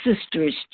sister's